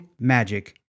Magic